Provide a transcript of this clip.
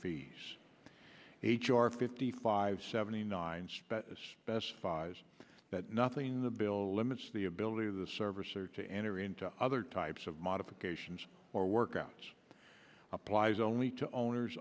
fees h r fifty five seventy nine spent specifies that nothing in the bill limits the ability of the service or to enter into other types of modifications or workouts applies only to owners